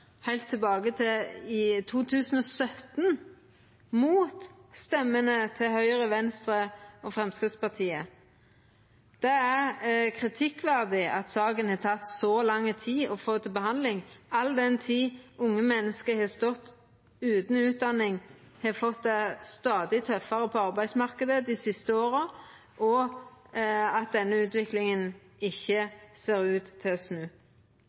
heilt tilbake til i 2017, mot røystene til Høgre, Venstre og Framstegspartiet. Det er kritikkverdig at saka har teke så lang tid å få til behandling – all den tid unge menneske har stått utan utdanning, har fått det stadig tøffare på arbeidsmarknaden dei siste åra, og at denne utviklinga ikkje ser ut til